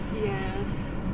Yes